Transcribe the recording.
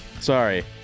Sorry